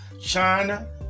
China